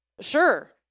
sure